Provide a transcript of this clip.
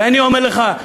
ואני אומר לך,